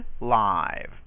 live